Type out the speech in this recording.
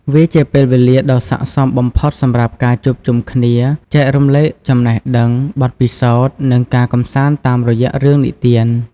វាជាពេលវេលាដ៏ស័ក្តិសមបំផុតសម្រាប់ការជួបជុំគ្នា ចែករំលែកចំណេះដឹង បទពិសោធន៍ និងការកម្សាន្តតាមរយៈរឿងនិទាន ។